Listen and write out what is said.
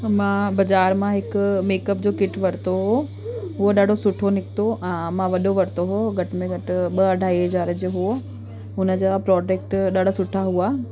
मां बाज़ारि मां हिकु मेकअप जो किट वरितो हुओ उहा ॾाढो सुठो निकितो आहे मां वॾो वरितो हुओ घटि में घटि ॿ ढाई हज़ार जो हुओ हुन जा प्रोडक्ट ॾाढा सुठा हुआ